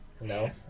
No